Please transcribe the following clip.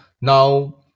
Now